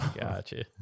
Gotcha